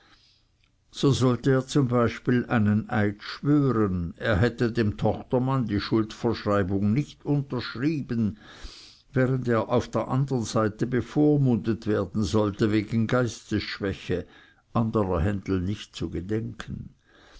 so sollte er zum beispiel einen eid schwören er hätte dem tochtermann die schuldverschreibung nicht unterschrieben während er auf der andern seite bevormundet werden sollte wegen geistesschwäche anderer händel nicht zu gedenken